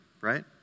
right